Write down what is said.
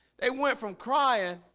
they went from crying